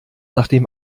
nachdem